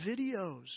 videos